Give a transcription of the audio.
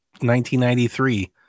1993